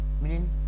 meaning